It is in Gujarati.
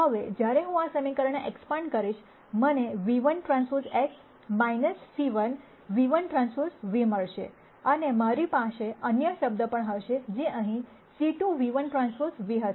હવે જ્યારે હું આ સમીકરણને એક્સપાન્ડ કરીશ મને ν₁TX c 1 ν₁Tν મળશે અને મારી પાસે અન્ય શબ્દ પણ હશે જે અહીં c2 ν₁T ν હશે